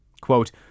Quote